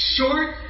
Short